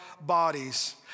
bodies